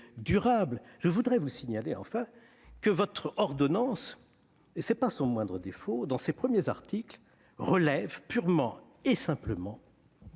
durable. Je voudrais vous signaler enfin que votre ordonnance- ce n'est pas son moindre défaut -, dans ses premiers articles, relève purement et simplement